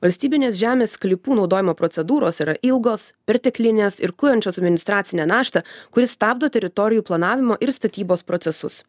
valstybinės žemės sklypų naudojimo procedūros yra ilgos perteklinės ir kuriančios administracinę naštą kuri stabdo teritorijų planavimo ir statybos procesus